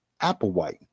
Applewhite